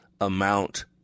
amount